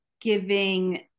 giving